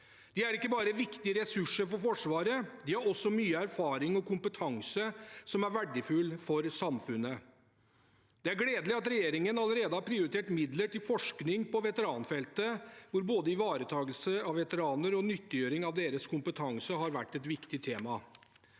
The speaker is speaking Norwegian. De er ikke bare viktige ressurser for Forsvaret; de har også mye erfaring og kompetanse som er verdifull for samfunnet. Det er gledelig at regjeringen allerede har prioritert midler til forskning på veteranfeltet, hvor både ivaretakelse av veteraner og det å nyttiggjøre seg deres kompetanse har vært et viktig tema.